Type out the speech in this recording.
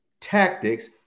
tactics